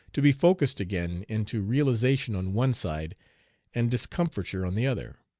to be focused again into realization on one side and discomfiture on the other.